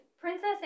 Princess